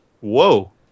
Whoa